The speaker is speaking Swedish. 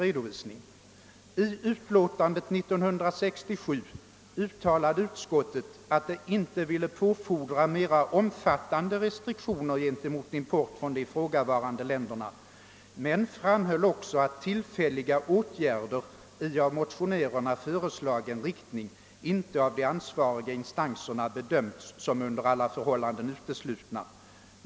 Det heter nämligen: »I utlåtandet 1967 uttalade utskottet att det inte ville påfordra mera omfattande restriktioner gentemot import från de ifrågavarande länderna men framhöll också att tillfälliga åtgärder i av motionärerna föreslagen riktning inte av de ansvariga instanserna bedömts som under alla förhållanden uteslutna.